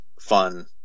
fun